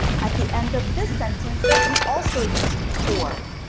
at the end of this sentence, we also used for.